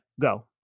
Go